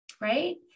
right